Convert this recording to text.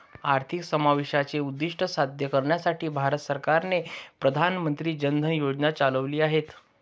आर्थिक समावेशाचे उद्दीष्ट साध्य करण्यासाठी भारत सरकारने प्रधान मंत्री जन धन योजना चालविली आहेत